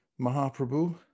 Mahaprabhu